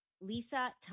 Lisa